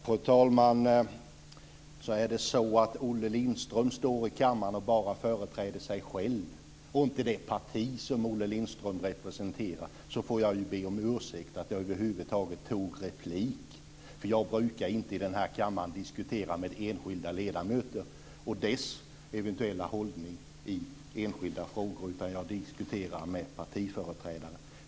Fru talman! Är det så att Olle Lindström står i kammaren och bara företräder sig själv och inte det parti som Olle Lindström representerar, får jag be om ursäkt för att jag över huvud taget begärde replik. Jag brukar nämligen inte i denna kammare diskutera enskilda ledamöters eventuella hållning i enskilda frågor, utan jag diskuterar med partiföreträdare.